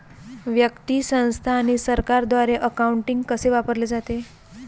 व्यक्ती, संस्था आणि सरकारद्वारे अकाउंटिंग कसे वापरले जाते